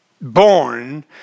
born